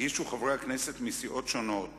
"הגישו חברי הכנסת מסיעות שונות